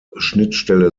schnittstelle